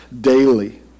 daily